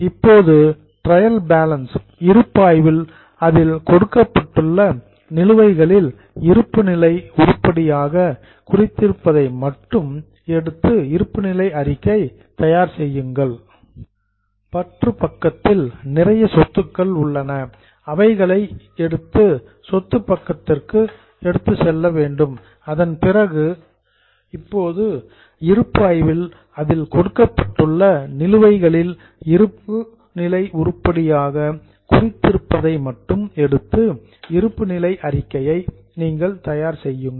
இப்போது trial balance இருப்பாய்வு அதில் கொடுக்கப்பட்டுள்ள நிலுவைகளில் இருப்புநிலை உருப்படியாக குறித்திருப்பதை மட்டும் எடுத்து இருப்பு நிலை அறிக்கையை தயார் செய்யுங்கள்